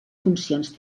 funcions